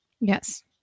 Yes